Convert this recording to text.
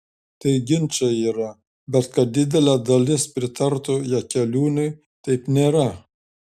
tai ginčai yra bet kad didelė dalis pritartų jakeliūnui taip nėra